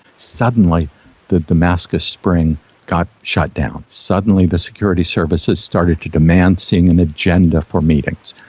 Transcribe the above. suddenly the damascus spring got shut down. suddenly the security services started to demand seeing an agenda for meetings.